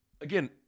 Again